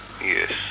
Yes